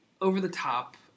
over-the-top